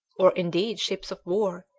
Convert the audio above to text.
or indeed ships of war,